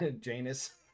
janus